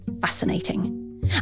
fascinating